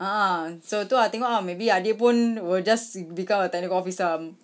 a'ah so itu ah so tengok ah maybe adik pun will just become a technical officer ah